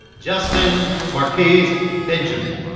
justin marquese benjamin